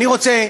אני רוצה,